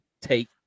take